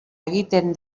egiten